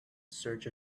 search